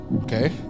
Okay